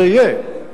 זה יהיה,